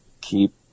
Keep